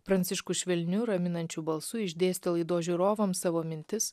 pranciškus švelniu raminančiu balsu išdėstė laidos žiūrovams savo mintis